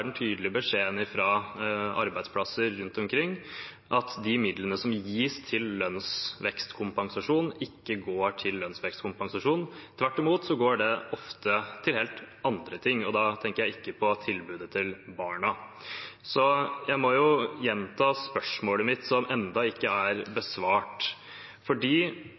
den tydelige beskjeden fra arbeidsplasser rundt omkring at de midlene som gis til lønnsvekstkompensasjon, ikke går til lønnsvekstkompensasjon. Tvert imot går dette ofte til helt andre ting, og da tenker jeg ikke på tilbudet til barna. Så jeg må gjenta spørsmålet mitt, som enda ikke er besvart, fordi